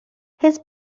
his